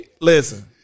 Listen